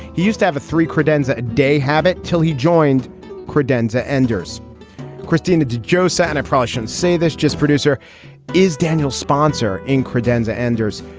he used to have a three credenza day habit. till he joined credenza enda's christine and joe saturna promotion say this just producer is daniel sponser in credenza enda's.